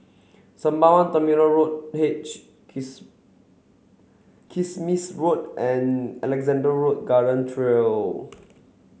Sembawang Terminal Road H Kiss Kismis Road and Alexandra Road Garden Trail